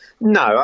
No